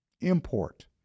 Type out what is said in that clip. import